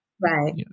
Right